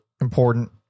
important